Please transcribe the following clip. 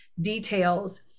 details